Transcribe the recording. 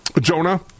Jonah